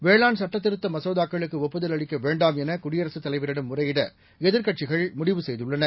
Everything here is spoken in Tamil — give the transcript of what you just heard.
வேளாண்சட்டத்திருத்தமசோதாக்களுக்குஒப்புதல்அளிக்கவே ண்டாம்எனகுடியரசுத்தலைவரிடம்முறையிட எதிர்க்கட்சிகள்முடிவுசெய்துள்ளன